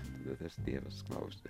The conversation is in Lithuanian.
tada tas tėvas klausia